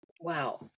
Wow